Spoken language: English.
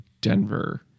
Denver